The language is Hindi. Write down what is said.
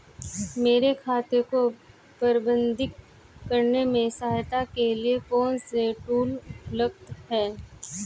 मेरे खाते को प्रबंधित करने में सहायता के लिए कौन से टूल उपलब्ध हैं?